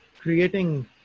creating